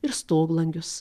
ir stoglangius